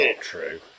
true